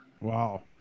Wow